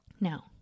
Now